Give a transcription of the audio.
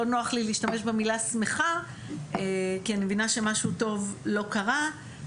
לא נוח לי להשתמש במילה שמחה כי אני מבינה שמשהו טוב לא קרה,